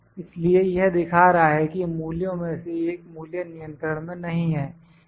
इसलिए यह दिखा रहा है कि मूल्यों में से एक मूल्य नियंत्रण में नहीं है